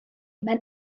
mewn